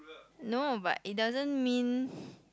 no but it doesn't mean